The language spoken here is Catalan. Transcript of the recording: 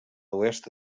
oest